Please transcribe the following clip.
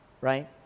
right